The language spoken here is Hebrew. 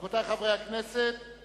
רבותי חברי הכנסת,